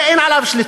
על זה אין שליטה.